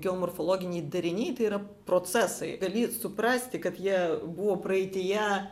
geomorfologiniai dariniai tai yra procesai gali suprasti kad jie buvo praeityje